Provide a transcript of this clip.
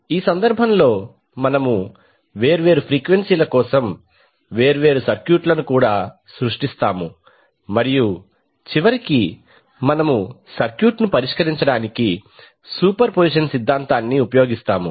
ఈ సందర్భంలో మనము వేర్వేరు ఫ్రీక్వెన్సీల కోసం వేర్వేరు సర్క్యూట్లను కూడా సృష్టిస్తాము మరియు చివరికి మనము సర్క్యూట్ ను పరిష్కరించడానికి సూపర్ పొజిషన్ సిద్ధాంతాన్ని ఉపయోగిస్తాము